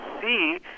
see